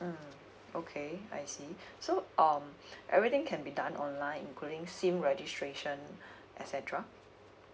mm okay I see so um everything can be done online including sim registration et cetera